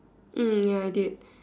mm ya I did